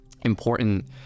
important